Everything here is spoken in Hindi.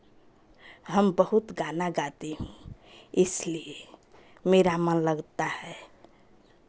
हम बहुत गाना गाती हूँ इसलिए मेरा मन लगता है